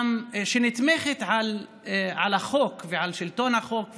שנתמכת על החוק ועל שלטון החוק,